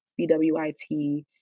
BWIT